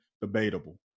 debatable